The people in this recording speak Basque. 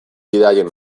bidaien